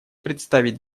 представить